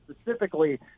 specifically